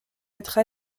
être